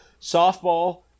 softball